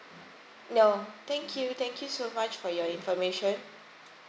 no thank you thank you so much for your information